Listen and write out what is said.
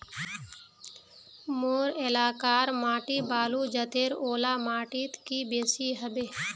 मोर एलाकार माटी बालू जतेर ओ ला माटित की बेसी हबे?